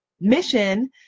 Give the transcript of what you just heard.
mission